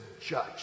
judge